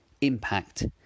impact